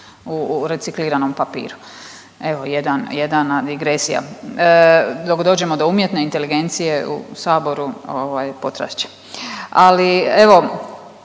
u recikliranom papiru. Evo jedan, jedna digresija dok dođemo do umjetne inteligencije u saboru ovaj potrajat će. Ali evo,